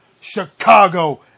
Chicago